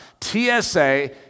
TSA